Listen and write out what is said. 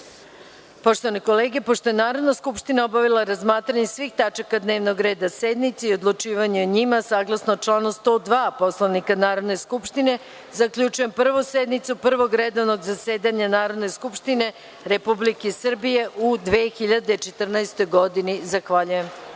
Poslovnika. Pošto je Narodna skupština obavila razmatranje svih tačaka dnevnog reda sednice i odlučivanje o njima, saglasno članu 102. Poslovnika Narodne skupštine, zaključujem Prvu sednicu Prvog redovnog zasedanja Narodne skupštine Republike Srbije u 2014. godini. Dozvolite